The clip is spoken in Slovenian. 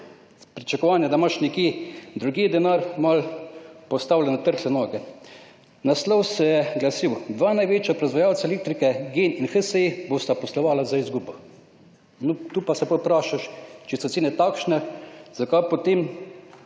pričakovanja(?), da imaš nekje drugje denar, malo, postavljen na trhle noge. Naslov se je glasil »Dva največja proizvajalca elektrike GEN in HSE bosta poslovala z izgubo«. No, tu pa se potem vprašaš, če so cene takšne, zakaj potem